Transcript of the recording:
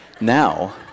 now